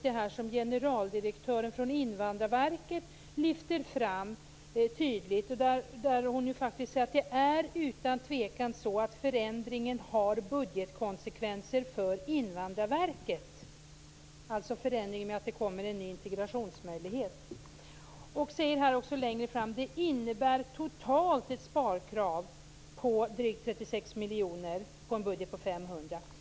Direktören för Invandrarverket har klart och tydligt sagt att förändringen, dvs. att det kommer en ny integrationsmyndighet, utan tvivel har budgetkonsekvenser för Invandrarverket. Den skulle totalt innebära ett sparkrav på drygt 36 miljoner på en budget på 500 miljoner.